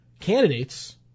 Candidates